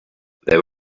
there